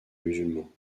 musulmans